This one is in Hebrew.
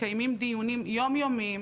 מקיימים דיונים יומיומיים,